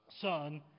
Son